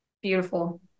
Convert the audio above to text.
Beautiful